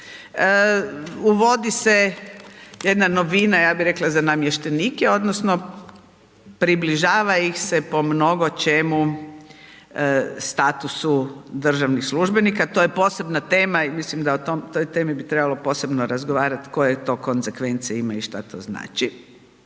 Uvodi se jedna novina ja bi rekla za namještenika odnosno približava ih se po mnogo čemu statusu državnih službenika, to je posebna tema i mislim da o toj temi bi trebalo posebno razgovarati koje to konsekvence ima i šta to znači.